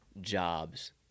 jobs